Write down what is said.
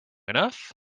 enough